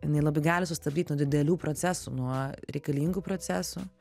jinai labai gali sustabdyt nuo didelių procesų nuo reikalingų procesų